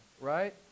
right